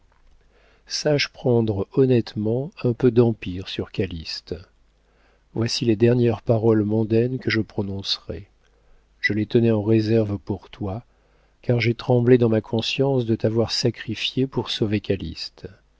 sache prendre honnêtement un peu d'empire sur calyste voici les dernières paroles mondaines que je prononcerai je les tenais en réserve pour toi car j'ai tremblé dans ma conscience de t'avoir sacrifiée pour sauver